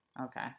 Okay